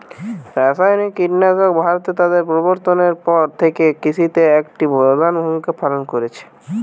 রাসায়নিক কীটনাশক ভারতে তাদের প্রবর্তনের পর থেকে কৃষিতে একটি প্রধান ভূমিকা পালন করেছে